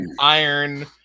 iron